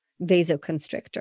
vasoconstrictor